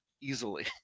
easily